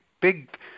big